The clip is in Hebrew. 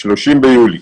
29 ביולי.